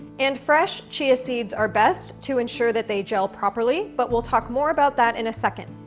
and fresh chia seeds are best to ensure that they gel properly, but we'll talk more about that in a second.